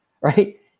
right